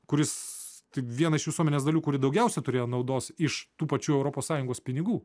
kuris tai viena iš visuomenės dalių kuri daugiausiai turėjo naudos iš tų pačių europos sąjungos pinigų